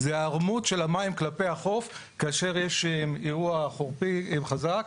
זה היערמות של המים כלפי החוף כאשר יש אירוע חורפי חזק,